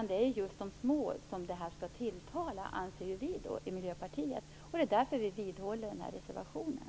Det är de små som den skall tilltala, anser vi i Miljöpartiet. Det är därför vi vidhåller vår reservation.